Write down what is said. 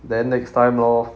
then next time lor